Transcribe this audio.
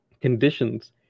conditions